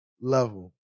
level